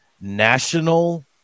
National